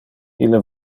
ille